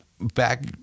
back